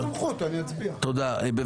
אני אומר שוב